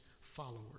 followers